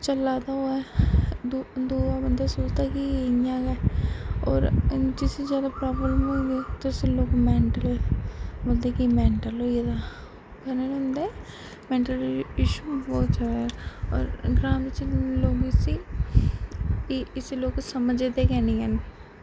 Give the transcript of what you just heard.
चला दा होऐ दूआ बंदा सोचदा कि एह् इ'यां गै होर जिसी जादा प्रॉब्लम होग तुस लोग मेंटल मतलब कि मेंटल होई दा ओह् निं मनदा मेंटल इश्यू बहोत जादै होर ग्रांऽ बिच लोग इसी इसी लोग समझदे गै निं हैन